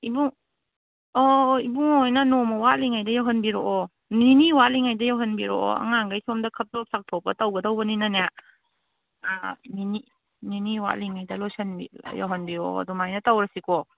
ꯑꯣ ꯏꯕꯨꯡꯉꯣ ꯍꯣꯏꯅ ꯅꯣꯡꯃ ꯋꯥꯠꯂꯤꯉꯩꯗ ꯌꯧꯍꯟꯕꯤꯔꯛꯑꯣ ꯅꯤꯅꯤ ꯋꯥꯠꯂꯤꯉꯩꯗ ꯌꯧꯍꯟꯕꯤꯔꯛꯑꯣ ꯑꯉꯥꯡꯒꯩ ꯁꯣꯝꯗ ꯈꯞꯇꯣꯞ ꯆꯥꯝꯇꯣꯛꯄ ꯇꯧꯒꯗꯣꯏꯅꯤꯅꯅꯦ ꯑꯥ ꯅꯤꯅꯤ ꯅꯤꯅꯤ ꯋꯥꯠꯂꯤꯉꯩꯗ ꯌꯧꯍꯟꯕꯤꯔꯛꯑꯣ ꯑꯗꯨꯃꯥꯏꯅ ꯇꯧꯔꯁꯤꯀꯣ